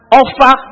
offer